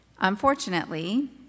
Unfortunately